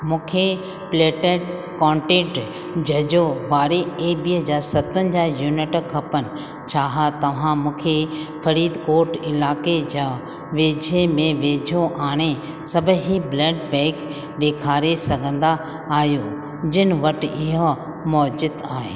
मूंखे प्लेटेट कोटेट जजो वारे ए बीअ जा सतवंजाह यूनिट खपनि छा तव्हां मूंखे फरीदकोट इलाइके़ जा वेझे में वेझा आणे सभही ब्लड बैक ॾेखारे सघंदा आहियो जिन वटि इहो मौजूदु आहे